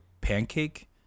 pancake